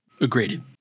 Agreed